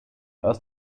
aus